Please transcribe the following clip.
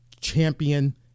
champion